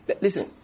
listen